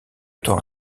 temps